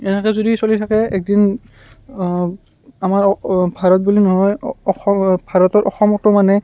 এনেকে যদি চলি থাকে একদিন আমাৰ ভাৰত বুলি নহয় অসম ভাৰতৰ অসমতো মানে